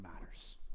matters